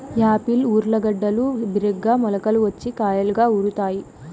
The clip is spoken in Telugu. యాపిల్ ఊర్లగడ్డలు బిరిగ్గా మొలకలు వచ్చి కాయలుగా ఊరుతాయి